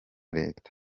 leta